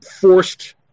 forced